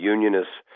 Unionists